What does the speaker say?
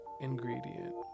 ingredient